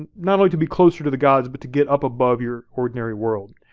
and not only to be closer to the gods, but to get up above your ordinary world.